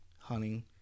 hunting